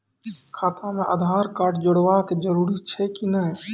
खाता म आधार कार्ड जोड़वा के जरूरी छै कि नैय?